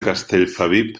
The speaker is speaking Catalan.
castellfabib